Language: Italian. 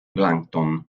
plankton